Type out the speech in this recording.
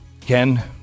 Ken